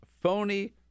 phony